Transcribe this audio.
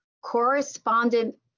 correspondent